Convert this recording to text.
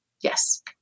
yes